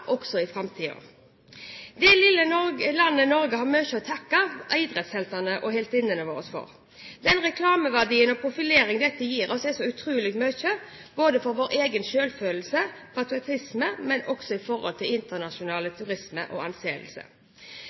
også i framtiden. Det lille landet Norge har mye å takke idrettsheltene og -heltinnene våre for. Den reklameverdi og profilering dette gir oss, er utrolig viktig både for vår egen selvfølelse og patriotisme og for internasjonal turisme og anseelse.